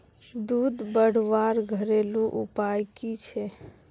दूध बढ़वार घरेलू उपाय की छे?